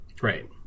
Right